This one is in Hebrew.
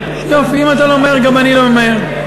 אני לא ממהר.